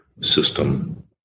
system